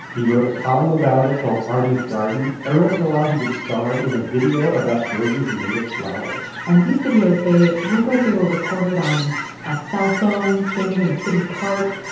he wrote a column about it called arty's garden. every once in a while, he would star in a video about georgia's and native flowers and these videos, they look like they were recorded on a cellphone, standing in a city park.